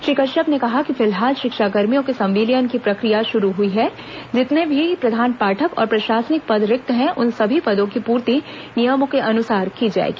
श्री कश्यप ने कहा कि फिलहाल शिक्षाकर्मियों के संविलियन की प्रक्रिया शुरू हई हैं जितने भी प्रधान पाठक और प्रशासनिक पद रिक्त हैं उन सभी पदों की पूर्ति नियमों के अनुसार की जाएगी